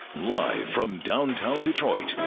live from downtown detroit,